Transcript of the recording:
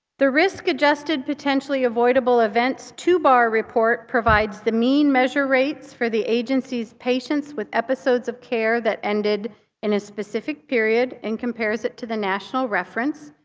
the risk-adjusted potentially avoidable events two-bar report provides the mean measure rates for the agency's patients with episodes of care that ended in a specific period and compares it to the national reference.